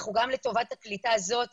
גם לטובת הקליטה הזאת